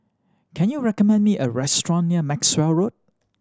can you recommend me a restaurant near Maxwell Road